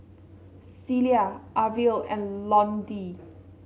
Celia Arvil and Londyn